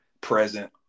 present